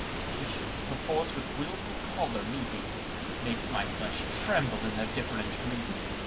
patience perforce with wilful choler meeting makes my flesh tremble in their different greeting.